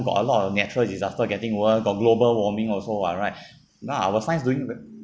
got a lot of natural disaster getting worse got global warming also [what right now our science doing be~